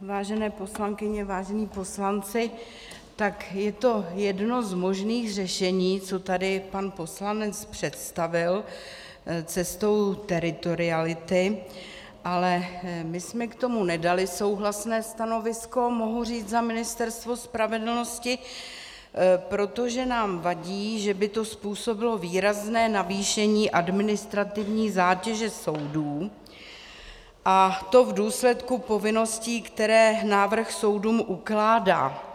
Vážené poslankyně, vážení poslanci, je to jedno z možných řešení, co tady pan poslanec představil, cestou teritoriality, ale my jsme k tomu nedali souhlasné stanovisko, mohu říct za Ministerstvo spravedlnosti, protože nám vadí, že by to způsobilo výrazné navýšení administrativní zátěže soudů, a to v důsledku povinností, které návrh soudům ukládá.